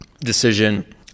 decision